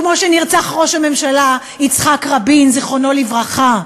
כמו שנרצח ראש הממשלה יצחק רבין, זיכרונו לברכה.